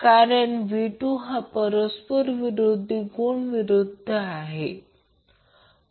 कारण v2 चा परस्पर विरोधी गुण हा विरुद्ध आहे